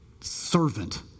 servant